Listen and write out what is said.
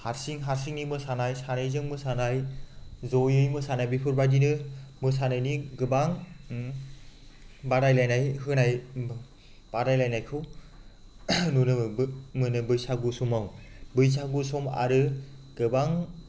हारसिं हारसिंनि मोसानाय सानैजों मोसानाय जयै मोसानाय बेफोरबायदिनो मोसानायनि गोबां बादायलायनाय होनाय बादायलायनायखौ नुनो मोनो बैसागु समाव बैसागु सम आरो गोबां